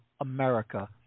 America